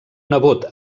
nebot